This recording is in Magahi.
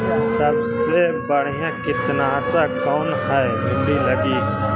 सबसे बढ़िया कित्नासक कौन है भिन्डी लगी?